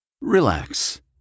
Relax